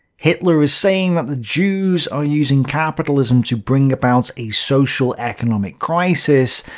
hitler is saying that the jews are using capitalism to bring about a social-economic crisis.